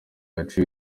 yaciwe